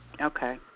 Okay